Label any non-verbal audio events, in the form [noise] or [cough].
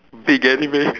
big anime [laughs]